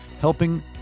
helping